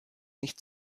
nicht